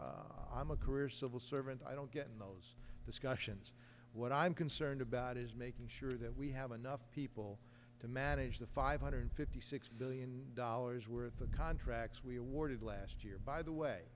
platforms i'm a career civil servant i don't get in those discussions what i'm concerned about is making sure that we have enough people to manage the five hundred fifty six billion dollars worth of contracts we awarded last year by the way